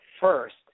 first